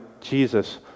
Jesus